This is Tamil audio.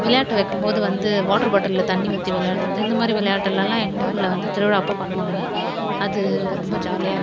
விளையாட்டு வைக்கும் போது வந்து வாட்டர் பாட்டிலில் தண்ணி ஊற்றி விளாயாட்றது இந்தமாதிரி விளாயாட்டுலலா எங்கள் ஊரில் வந்து திருவிழா அப்போது பண்ணுவாங்க அது ரொம்ப ஜாலியாருக்கும்